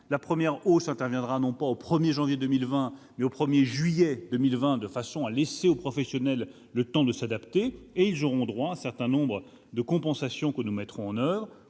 la première hausse interviendra non pas au 1 janvier 2020, mais au 1 juillet 2020, de façon à laisser aux professionnels le temps de s'adapter. Ceux-ci auront droit, en outre, à un certain nombre de compensations que nous mettrons en oeuvre